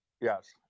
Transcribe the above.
yes